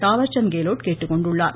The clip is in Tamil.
தாவர்சந்த் கெலோட் கேட்டுக்கொண்டார்